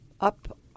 up